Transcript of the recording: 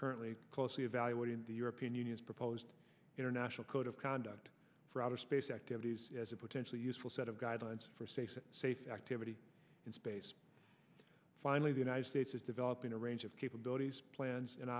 currently closely evaluating the european union's proposed international code of conduct for outer space activities as a potentially useful set of guidelines for safe and safe activity in space finally the united states is developing a range of capabilities plans